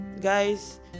guys